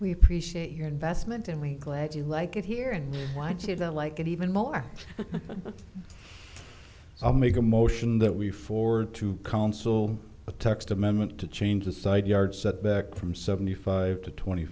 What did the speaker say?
we appreciate your investment and we're glad you like it here and watch of the like it even more i'll make a motion that we forward to counsel a text amendment to change the side yard setback from seventy five to twenty